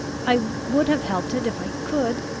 i would have helped it, if i could!